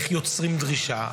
איך יוצרים דרישה?